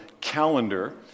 calendar